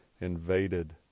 invaded